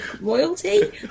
royalty